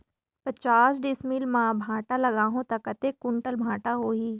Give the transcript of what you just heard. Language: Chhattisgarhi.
पचास डिसमिल मां भांटा लगाहूं ता कतेक कुंटल भांटा होही?